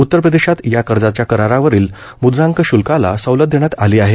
उत्तर प्रदेशात या कर्जाच्या करारावरील म्द्रांक श्ल्काला सवलत देण्यात आली आहे